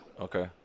Okay